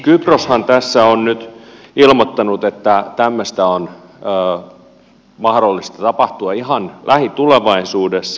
kyproshan tässä on nyt ilmoittanut että tämmöistä on mahdollista tapahtua ihan lähitulevaisuudessa